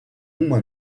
uma